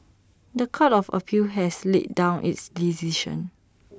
The Court of appeal has laid down its decision